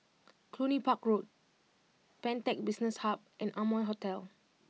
Cluny Park Road Pantech Business Hub and Amoy Hotel